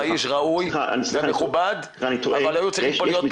אתה איש ראוי ומכובד אבל צריכים להיות פה